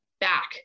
back